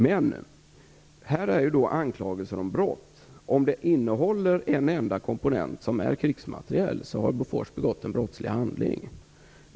Men här finns också en anklagelse om brott: Om materielen innehåller en enda komponent som är krigsmateriel har Bofors begått en brottslig handling.